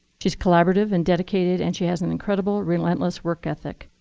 she's collaborative and dedicated, and she has an incredible relentless work ethic.